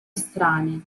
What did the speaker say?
estranei